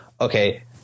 Okay